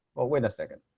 oh wait a second,